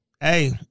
hey